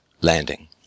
landing